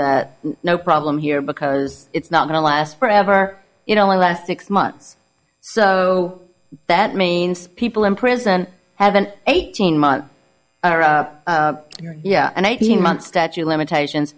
that no problem here because it's not going to last forever you know last six months so that means people in prison have an eighteen month yeah and eighteen months statute of limitations